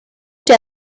der